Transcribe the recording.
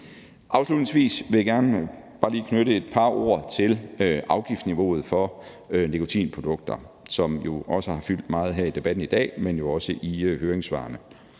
Afslutningsvis vil jeg gerne bare lige knytte et par ord til afgiftsniveauet for nikotinprodukter, som jo ikke kun har fyldt meget her i debatten i dag, men også i høringssvarene.